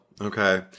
okay